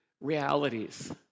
realities